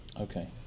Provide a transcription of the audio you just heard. Okay